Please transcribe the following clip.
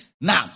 Now